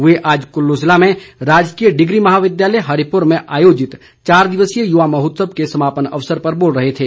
वे आज कुल्लू जिले में राजकीय डिग्री महाविद्यालय हरिपुर में आयोजित चार दिवसीय युवा महोत्सव के समापन अवसर पर बोल रहे थे